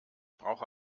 brauche